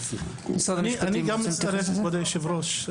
אני גם מצטרף לזה, כבוד היושב-ראש.